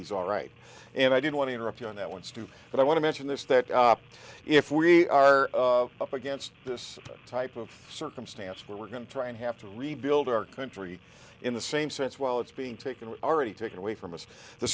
these all right and i don't want to interrupt you on that one stupid but i want to mention this that if we are up against this type of circumstance where we're going to try and have to rebuild our country in the same sense while it's being taken already taken away from us the